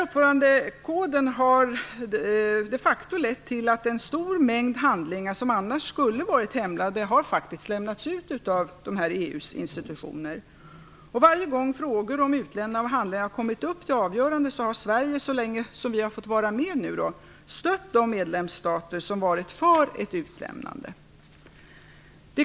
Uppförandekoden har de facto lett till att en stor mängd handlingar som annars skulle vara hemliga faktiskt har lämnats ut av EU:s institutioner. Varje gång frågor om utlämnande av handlingar kommit upp till avgörande har Sverige, så länge som vi har fått vara med, stött de medlemsstater som varit för ett utlämnande.